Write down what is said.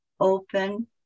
Open